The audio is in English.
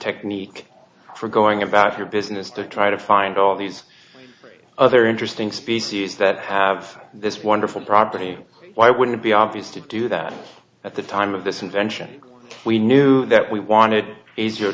technique for going about your business to try to find all these other interesting species that have this wonderful property why would it be obvious to do that at the time of this invention we knew that we wanted easier